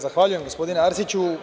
Zahvaljujem, gospodine Arsiću.